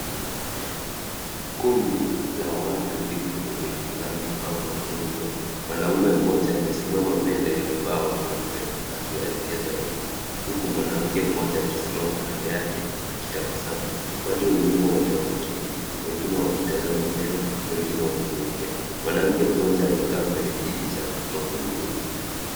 Kundi la watu liko kwenye mkutano au mafunzo. Mwanamume mmoja amesimama mbele ya ubao mweupe akiwaelekeza wengine, huku mwanamke mmoja akisimama kando yake akitabasamu. Watu wengine wote wameketi, wengine wakitazama mbele, wengine wakiongea. Mwanamke mmoja amekaa kwenye kiti cha magurudumu.